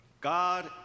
God